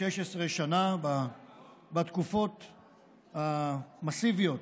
16 שנה, בתקופות המסיביות,